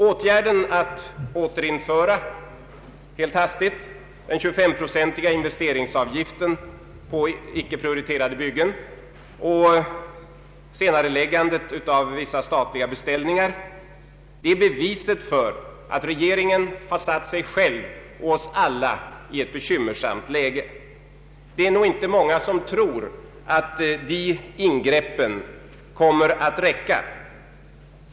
Åtgärden att helt hastigt återinföra den 23-procentiga investeringsavgiften på icke-prioriterade byggen och senareläggandet av vissa statliga beställningar är bevis för att regeringen satt sig själv och oss alla i ett bekymmersamt läge. Det är inte många som tror att dessa in Ang. den ekonomiska politiken grepp kommer att räcka.